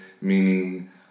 meaning